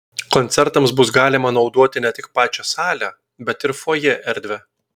koncertams bus galima naudoti ne tik pačią salę bet ir fojė erdvę